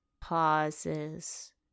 pauses